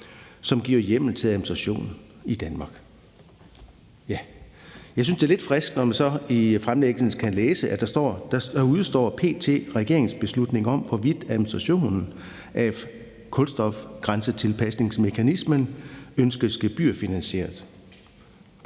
som giver hjemmel til administrationen i Danmark. Ja, jeg synes, det er lidt frisk, når man så i fremsættelsen kan læse: Der udestår p.t. regeringsbeslutning om, hvorvidt administrationen af kulstofgrænsetilpasningsmekanismen ønskes gebyrfinansieret.